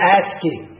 asking